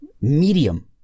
medium